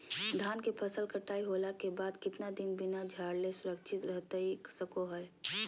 धान के फसल कटाई होला के बाद कितना दिन बिना झाड़ले सुरक्षित रहतई सको हय?